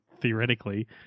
theoretically